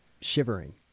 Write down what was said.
shivering